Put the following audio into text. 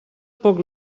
poc